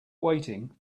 weighting